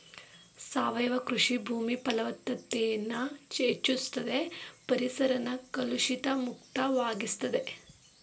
ಸಾವಯವ ಕೃಷಿ ಭೂಮಿ ಫಲವತ್ತತೆನ ಹೆಚ್ಚುಸ್ತದೆ ಪರಿಸರನ ಕಲುಷಿತ ಮುಕ್ತ ವಾಗಿಸ್ತದೆ